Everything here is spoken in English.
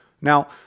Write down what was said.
Now